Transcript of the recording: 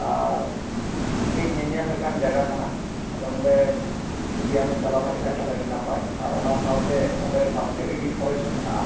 ᱟᱨ ᱟᱹᱰᱤ ᱧᱮᱧᱮᱞ ᱞᱮᱠᱟᱱ ᱡᱟᱭᱜᱟ ᱠᱟᱱᱟ ᱟᱫᱚ ᱱᱚᱰᱮ ᱡᱩᱫᱤ ᱟᱢᱮᱢ ᱪᱟᱞᱟᱣ ᱫᱟᱲᱮᱜ ᱠᱷᱟᱡ ᱟᱹᱰᱤ ᱱᱟᱯᱟᱭ ᱟᱨ ᱚᱱᱟ ᱥᱟᱶᱛᱮ ᱚᱸᱰᱮ ᱯᱟᱥᱮ ᱨᱮᱜᱤ ᱯᱷᱚᱨᱮᱥᱴ ᱢᱤᱱᱟᱜᱼᱟ